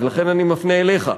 אז לכן אני מפנה אליך.